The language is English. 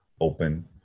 open